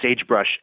sagebrush